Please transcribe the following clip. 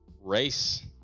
race